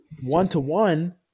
one-to-one